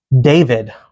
David